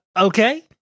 okay